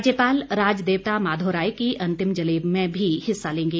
राज्यपाल राज देवता माधव राय की अंतिम जलेब में भी हिस्सा लेंगे